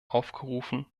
aufgerufen